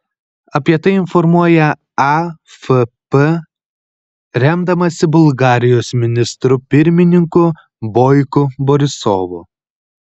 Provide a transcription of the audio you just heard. apie tai informuoja afp remdamasi bulgarijos ministru pirmininku boiko borisovu